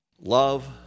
love